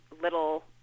little